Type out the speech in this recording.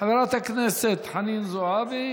חברת הכנסת חנין זועבי,